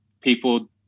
people